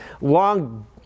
long